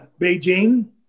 Beijing